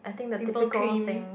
pimple cream